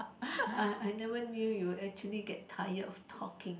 I I never knew you actually get tired of talking